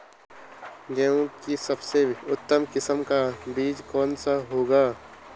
गेहूँ की सबसे उत्तम किस्म का बीज कौन सा होगा?